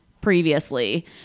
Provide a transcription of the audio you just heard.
previously